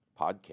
podcast